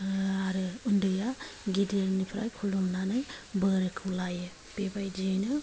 आरो उन्दैआ गिदिरनिफ्राय खुलुमनानै बोरखौ लायो बेबायदियैनो